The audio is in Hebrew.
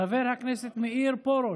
חבר הכנסת מאיר פרוש,